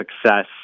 success